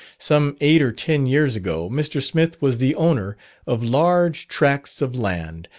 some eight or ten years ago, mr. smith was the owner of large tracts of land,